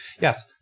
yes